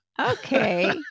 Okay